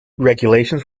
regulations